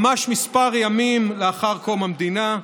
ממש ימים מספר לאחר קום המדינה,